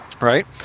right